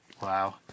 Wow